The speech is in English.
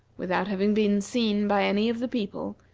without having been seen by any of the people,